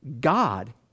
God